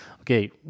okay